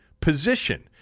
position